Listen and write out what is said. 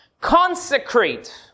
consecrate